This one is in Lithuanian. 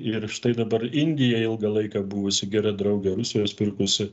ir štai dabar indija ilgą laiką buvusi gera draugė rusijos pirkusi